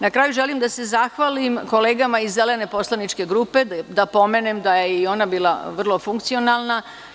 Na kraju želim da se zahvalim kolegama iz Zelene poslaničke grupe, da pomenem da je i ona bila vrlo funkcionalna.